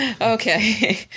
Okay